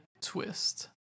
twist